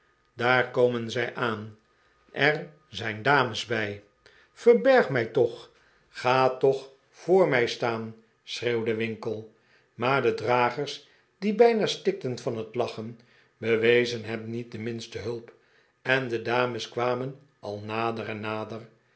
daar komen zij aan er zijn dames bij verbergt mij toch gaat toch voor mij staan schreeuwde winkle maar de dragers die bijna stikten van net lachen bewezen hem niet de minste hulp en de dames kwamen al nader